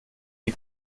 die